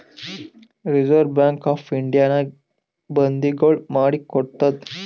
reserve bank of ಇಂಡಿಯಾನಾಗೆ ಬಂದಿಗೊಳ್ ಮಾಡಿ ಕೊಡ್ತಾದ್